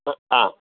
आं